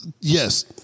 Yes